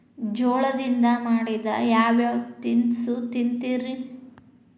ಜೋಳದಿಂದ ಮಾಡಿದ ಯಾವ್ ಯಾವ್ ತಿನಸು ತಿಂತಿರಿ?